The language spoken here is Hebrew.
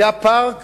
היה פארק